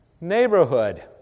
neighborhood